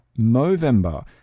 movember